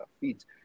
feeds